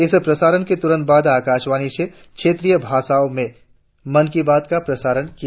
इस प्रसारण के तुरंत बाद आकाशवाणी से क्षेत्रीय भाषाओं में मन की बात का प्रसारण होगा